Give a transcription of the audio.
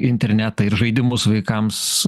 internetą ir žaidimus vaikams